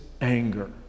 anger